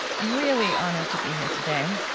i'm really honored to be here today.